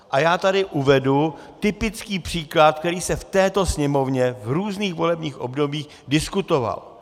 A já tady uvedu typický příklad, který se v této Sněmovně v různých volebních obdobích diskutoval.